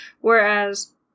Whereas